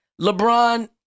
LeBron